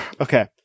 Okay